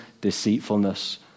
deceitfulness